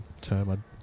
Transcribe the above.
term